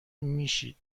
میشید